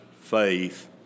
faith